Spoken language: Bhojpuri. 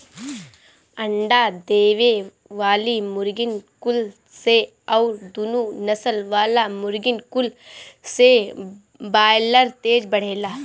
अंडा देवे वाली मुर्गीन कुल से अउरी दुनु नसल वाला मुर्गिन कुल से बायलर तेज बढ़ेला